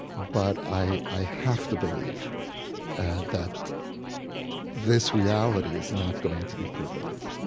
but i i have to believe that this reality is not going to be permanent